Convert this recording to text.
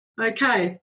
Okay